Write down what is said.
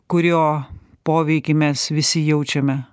kurio poveikį mes visi jaučiame